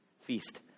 feast